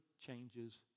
changes